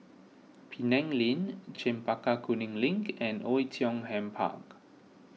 Penang Lane Chempaka Kuning Link and Oei Tiong Ham Park